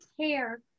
care